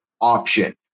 option